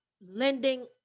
lending